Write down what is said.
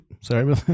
Sorry